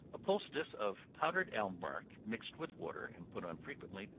a poultice of powdered elm bark mixed with water, and put on frequently,